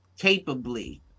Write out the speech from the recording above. Capably